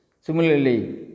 Similarly